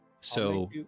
So-